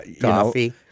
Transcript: Coffee